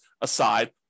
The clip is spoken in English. aside